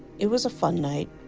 it was a fun night.